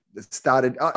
started